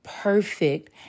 perfect